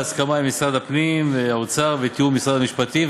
להסכמה של משרד הפנים ומשרד האוצר ובתיאום עם משרד המשפטים,